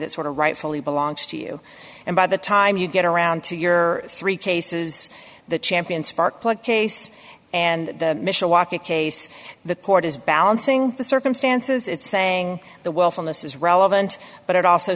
that sort of rightfully belongs to you and by the time you get around to your three cases the champion sparkplug case and mishawaka case the court is balancing the circumstances it's saying the willfulness is relevant but it also